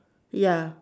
ya